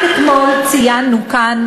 רק אתמול ציינו כאן,